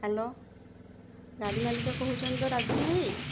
hello ଗାଡ଼ି ମାଲିକ କହୁଛନ୍ତି ତ ରାଜୁଭାଇ